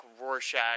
Rorschach